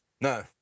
No